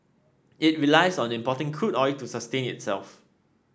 it relies on importing crude oil to sustain itself